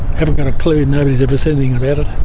haven't got a clue. nobody's ever said anything about it,